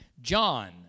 John